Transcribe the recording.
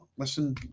listen